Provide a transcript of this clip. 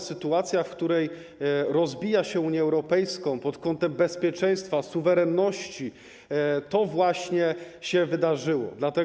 Sytuacja, w której rozbija się Unię Europejską pod kątem bezpieczeństwa, suwerenności, właśnie się wydarzyła.